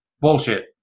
bullshit